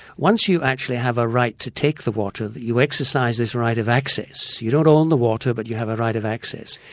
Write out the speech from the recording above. once you actually have a right to take the water, you exercise this right of access. you don't own the water, but you have a right of access.